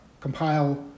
compile